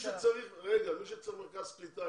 מי שצריך מרכז קליטה,